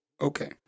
okay